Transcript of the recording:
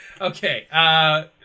Okay